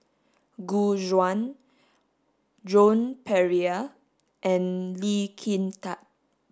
Gu Juan Joan Pereira and Lee Kin Tat